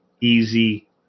easy